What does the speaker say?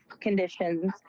conditions